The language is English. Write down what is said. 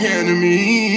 enemy